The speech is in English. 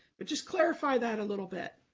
but just clarify that a little bit.